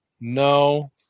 No